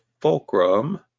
fulcrum